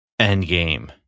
Endgame